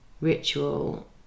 ritual